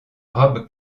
robe